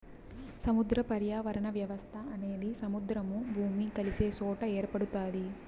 సముద్ర పర్యావరణ వ్యవస్థ అనేది సముద్రము, భూమి కలిసే సొట ఏర్పడుతాది